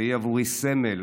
והיא עבורי סמל